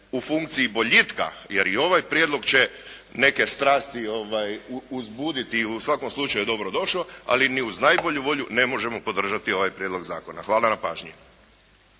u funkciji boljitka jer i ovaj prijedlog će neke strasti uzbuditi, u svakom slučaju je dobro došao, ali ni uz najbolju volju ne možemo podržati ovaj prijedlog zakona. Hvala na pažnji.